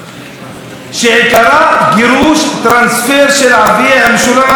שעיקרה גירוש, טרנספר של ערביי המשולש,